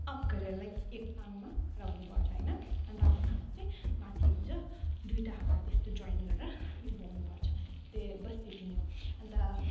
up गरेर like एक टाङ्मा खडा हुनुपर्छ होइन अन्त आफ्नो हात चाहिँ माथि हुन्छ दुईवटा हात यस्तो जोइन गरेर उभाउनुपर्छ त्यही बस त्यति नै हो अन्त